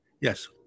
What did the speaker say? Yes